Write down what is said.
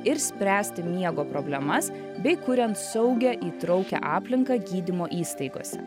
ir spręsti miego problemas bei kuriant saugią įtraukią aplinką gydymo įstaigose